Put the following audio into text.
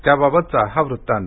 त्याबाबतचा हा वृत्तांत